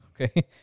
Okay